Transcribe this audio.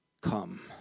come